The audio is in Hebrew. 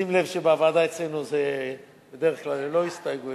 שים לב שבוועדה אצלנו זה בדרך כלל ללא הסתייגויות,